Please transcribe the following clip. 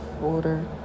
water